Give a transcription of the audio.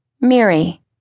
Mary